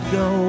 go